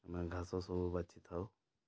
ଆମେ ଘାସ ସବୁ ବାଛିଥାଉ